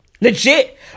Legit